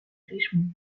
richmond